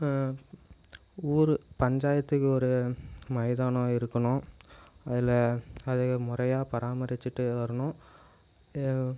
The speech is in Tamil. ஒவ்வொரு பஞ்சாயத்துக்கு ஒரு மைதானம் இருக்கணும் அதில் அதை முறையா பராமரிச்சுட்டு வரணும்